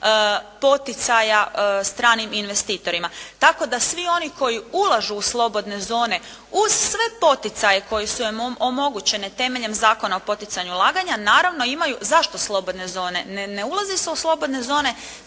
poticaja stranim investitorima. Tako da svi oni koji ulažu u slobodne zone uz sve poticaje koji su im omogućeni temeljem Zakona o poticanju ulaganja naravno imaju, zašto slobodne zone? Ne ulazi se u slobodne zone